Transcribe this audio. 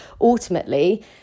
ultimately